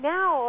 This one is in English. Now